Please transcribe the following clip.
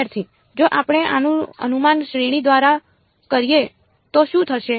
વિદ્યાર્થી જો આપણે આનું અનુમાન શ્રેણી દ્વારા કરીએ તો શું થશે